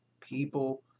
people